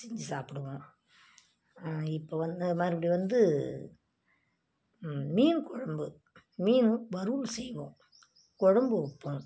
செஞ்சு சாப்பிடுவோம் இப்போ வந்து மறுபடி வந்து ம் மீன் குழம்பு மீன் வறுவல் செய்வோம் குழம்பு வைப்போம்